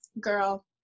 girl